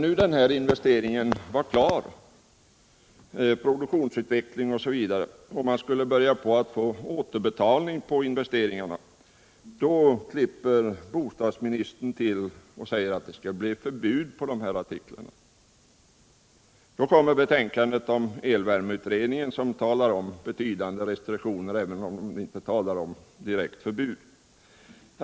Men när investeringarna, produktionsutvecklingen m.m., var klara och man skulle börja få utdelning på dem, klipper bostadsministern till och säger att det skall bli förbud på de här artiklarna. Då kommer också betänkandet från elvärmeutredningen, som talar om betydande restriktioner om än inte om direkt förbud.